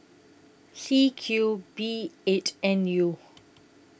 C Q B eight N U